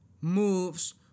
moves